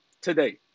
Today